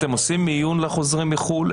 אתם עושים מיון לחוזרים מחו"ל,